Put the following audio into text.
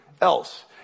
else